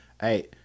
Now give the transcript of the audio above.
Hey